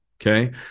Okay